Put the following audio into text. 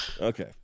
okay